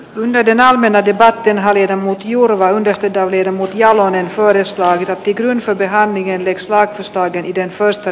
menneet enää mennä tytärten hallita jurva yhdistetään virva jalonen todistaa kykynsä pihaan ja vekslaa stadin delfoista